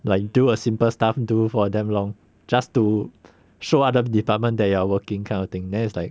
like you do a simple stuff do for damn long just to show other department that you are working kind of thing then it's like